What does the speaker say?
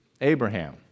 Abraham